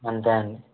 అంతే అండి